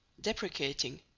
deprecating